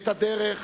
את הדרך,